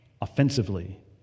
offensively